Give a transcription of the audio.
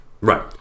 Right